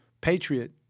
patriot